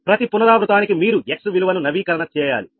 ప్రతి పునరావృతానికి మీరు x విలువను నవీకరణ చేయాలి